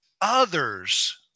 others